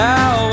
Now